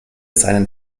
seinen